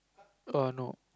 err no